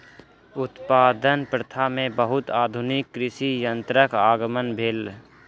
उत्पादन प्रथा में बहुत आधुनिक कृषि यंत्रक आगमन भेल